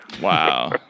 Wow